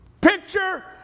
picture